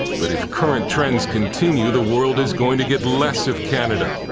but if current trends continue, the world is going to get less of canada,